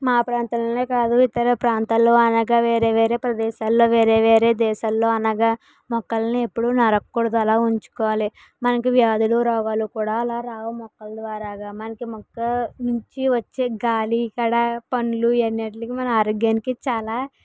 మా ప్రాంతాల్లోనే కాదు ఇతర ప్రాంతాల్లో అనగా వేరే వేరే ప్రదేశాల్లో వేరే వేరే దేశాల్లో అనగా మొక్కలను ఎప్పుడు నరక కూడదు అలా ఉంచుకోవాలి మనకు వ్యాధులు రోగాలు కూడా అలా రావు మొక్కల ద్వారాగా మనకి మొక్క నుంచి వచ్చే గాలి కూడా పనులు ఇవ్వని వాటికి ఆరోగ్యానికి చాలా